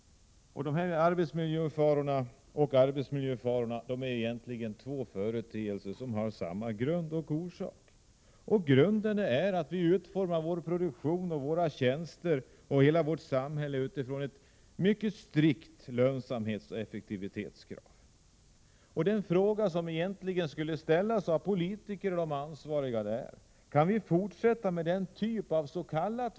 Arbetsmiljöfarorna är egentligen två företeelser som har samma grund, nämligen att vi utformar vår produktion och våra tjänster och hela samhället utifrån mycket strikta lönsamhetsoch effektivitetskrav. Den fråga som egentligen skulle ställas av politiker och ansvariga är: Kan vi fortsätta med den typ avs.k.